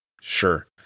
Sure